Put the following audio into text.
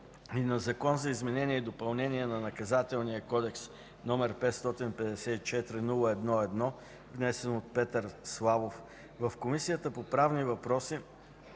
и на Закон за изменение и допълнение на Наказателния кодекс, № 554-01-1, внесен от Петър Владиславов Славов, в Комисията по правни въпроси